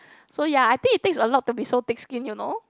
so ya I think it takes a lot to be so thick skin you know